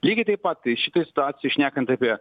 lygiai taip pat tai šitoj situacijoj šnekant apie